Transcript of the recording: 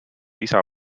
isa